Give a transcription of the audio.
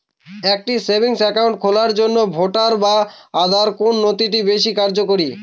একটা savings account খোলার জন্য ভোটার বা আধার কোন নথিটি বেশী কার্যকরী?